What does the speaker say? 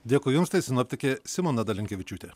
dėkui jums tai sinoptikė simona dalinkevičiūtė